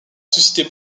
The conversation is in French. susciter